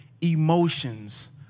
emotions